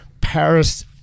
Paris